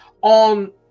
on